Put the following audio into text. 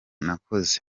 nakoze